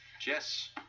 Jess